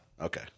Okay